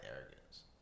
arrogance